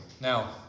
Now